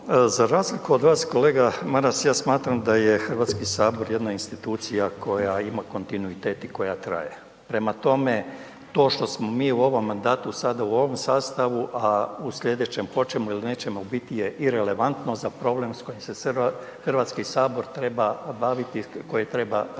Za razliku od vas kolega Maras, ja smatram da je HS jedna institucija koja ima kontinuitet i koja traje. Prema tome, to što smo mi u ovom mandatu sada u ovom sastavu, a u slijedećem hoćemo il nećemo biti je irelevantno za problem s kojim se HS treba baviti i koje treba razriješiti.